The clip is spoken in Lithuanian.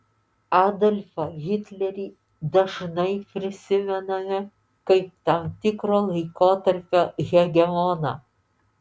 adolfą hitlerį dažnai prisimename kaip tam tikro laikotarpio hegemoną